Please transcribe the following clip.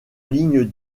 ligne